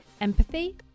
empathy